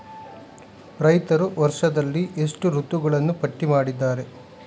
ರೈತರು ವರ್ಷದಲ್ಲಿ ಎಷ್ಟು ಋತುಗಳನ್ನು ಪಟ್ಟಿ ಮಾಡಿದ್ದಾರೆ?